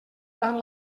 tant